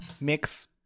mix